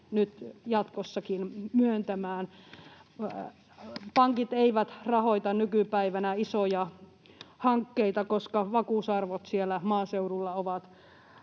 nyt jatkossakin myöntämään. Pankit eivät rahoita nykypäivänä isoja hankkeita, koska vakuusarvot siellä maaseudulla ovat